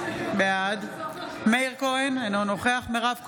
בעד מאיר כהן, אינו נוכח מירב כהן,